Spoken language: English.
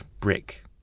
brick